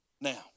Now